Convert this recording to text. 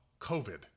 covid